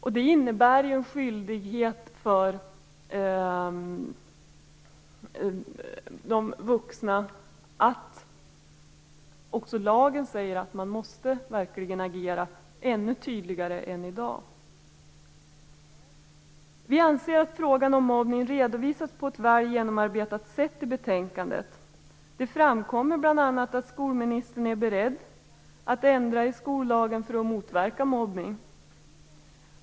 Lagen säger också att de vuxna verkligen måste agera ännu tydligare än i dag. Vi anser att frågan om mobbning redovisas på ett väl genomarbetat sätt i betänkandet. Det framkommer bl.a. att skolministern är beredd att ändra i skollagen för att motverka mobbning.